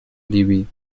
ливии